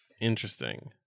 Interesting